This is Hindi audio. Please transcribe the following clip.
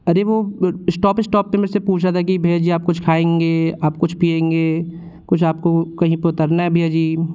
अरे वो इस्टॉप इस्टॉप पर मेरे से पूछ रहा था कि भैया जी आप कुछ खाएंगे आप कुछ पिएंगे कुछ आपको कहीं पर उतरना है भैया जी